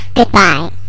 Goodbye